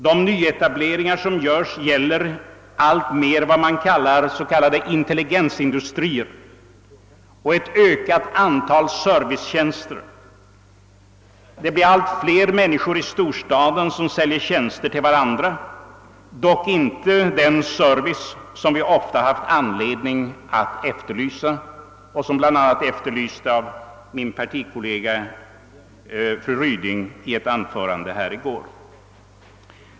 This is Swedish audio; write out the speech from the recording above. De nyetableringar som görs gäller alltmer vad man kallar intelligensindustrier och ett ökat antal servicetjänster. Det blir allt fler människor i storstaden som säljer tjänster till varandra, dock inte den service som vi ofta haft anledning att efterlysa och som bl.a. efterlystes av min partikollega fru Ryding i ett anförande här i går.